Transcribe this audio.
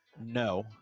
No